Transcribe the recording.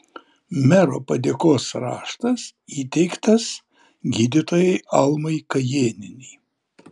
mero padėkos raštas įteiktas gydytojai almai kajėnienei